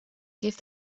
give